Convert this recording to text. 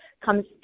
comes